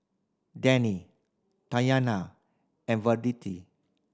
Denny Tatyanna and